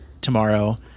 tomorrow